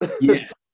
Yes